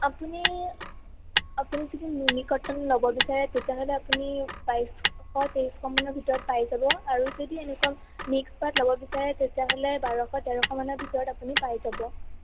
আপুনি আপুনি যদি নুনি কটন লব বিচাৰে তেতিয়া হ'লে আপুনি বাইছশ তেইছশ মানৰ ভিতৰত পাই যাব আৰু যদি এনেকুৱা মিক্স পাট ল'ব বিচাৰে তেতিয়াহ'লে বাৰশ তেৰশ মানৰ ভিতৰত আপুুনি পাই যাব